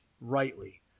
rightly